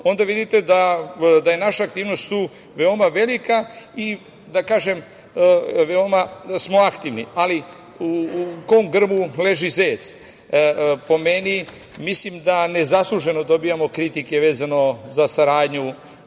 onda vidite da je naša aktivnost tu veoma velika, i da kažem, veoma smo aktivni, ali u kom grmu leži zec? Po meni, mislim da nezasluženo dobijamo kritike vezano za saradnju